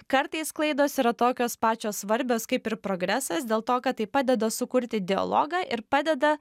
kartais klaidos yra tokios pačios svarbios kaip ir progresas dėl to kad tai padeda sukurti dialogą ir padeda